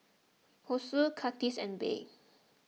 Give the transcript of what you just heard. Hessie Kurtis and Bea